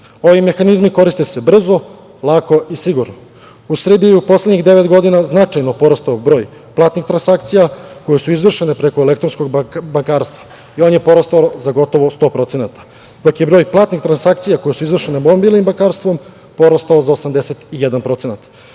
Ovi mehanizmi koriste se brzo, lako i sigurno.U Srbiji je u poslednjih devet godina značajno porastao broj platnih transakcija koje su izvršene preko elektronskog bankarstva i on je porastao gotovo za 100%, dok je broj platnih transakcija koje su izvršene mobilnim bankarstvom porastao za 81%.